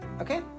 okay